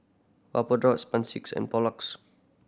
Vapodrops and Pulex